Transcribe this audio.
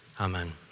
Amen